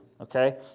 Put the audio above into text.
okay